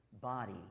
body